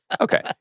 Okay